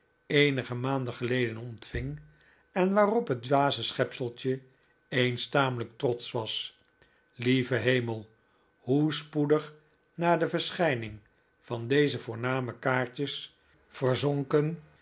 eenige maanden geleden ontving en waarop het dwaze schepseltje eens tamelijk trotsch was lieve hemel hoe spoedig na de verschiining van deze voorname kaartjes verzonken